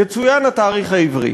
יצוין התאריך העברי.